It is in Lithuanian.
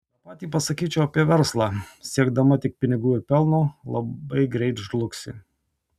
tą patį pasakyčiau apie verslą siekdama tik pinigų ir pelno labai greit žlugsi